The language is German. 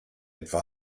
etwa